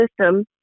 system